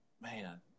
man